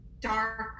dark